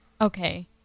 Okay